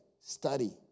Study